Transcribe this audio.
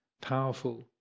powerful